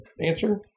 answer